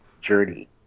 journey